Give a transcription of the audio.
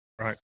Right